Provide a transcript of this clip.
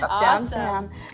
downtown